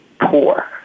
poor